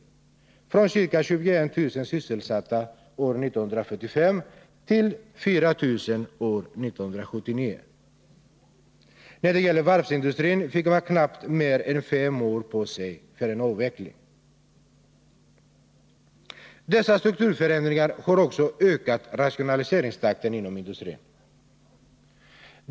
Antalet anställda har minskat från 21 000 år 1945 till 4 000 år 1979. När det gällde varvsindustrin fick man knappt mer än fem år på sig för en avveckling. Dessa strukturförändringar har också ökat rationaliseringstakten inom industrin.